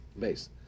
Base